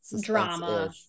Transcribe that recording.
drama